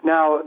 Now